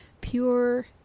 pure